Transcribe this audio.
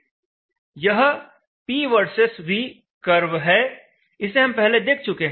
यह P versus V curve है इसे हम पहले देख चुके हैं